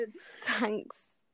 Thanks